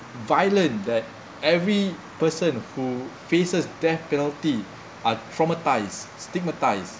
violent that every person who faces death penalty are traumatized stigmatized